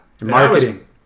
marketing